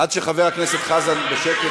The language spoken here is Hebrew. עד שחבר הכנסת חזן בשקט,